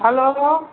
hello